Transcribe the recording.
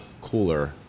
cooler